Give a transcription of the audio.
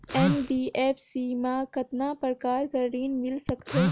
NBFC मा कतना प्रकार कर ऋण मिल सकथे?